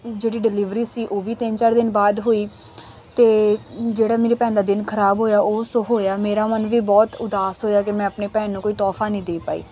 ਜਿਹੜੀ ਡਿਲਵਰੀ ਸੀ ਉਹ ਵੀ ਤਿੰਨ ਚਾਰ ਦਿਨ ਬਾਅਦ ਹੋਈ ਅਤੇ ਜਿਹੜਾ ਮੇਰੀ ਭੈਣ ਦਾ ਦਿਨ ਖ਼ਰਾਬ ਹੋਇਆ ਉਹ ਸੋ ਹੋਇਆ ਮੇਰਾ ਮਨ ਵੀ ਬਹੁਤ ਉਦਾਸ ਹੋਇਆ ਕਿ ਮੈਂ ਆਪਣੀ ਭੈਣ ਨੂੰ ਕੋਈ ਤੋਹਫ਼ਾ ਨਹੀਂ ਦੇ ਪਾਈ